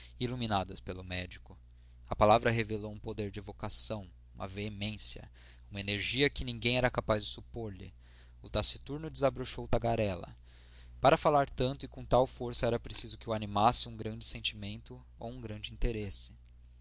iluminadas pelo médico a palavra revelou um poder de evocação uma veemência uma energia que ninguém era capaz de supor lhe o taciturno desabrochou tagarela para falar tanto e com tal força era preciso que o animasse um grande sentimento ou um grande interesse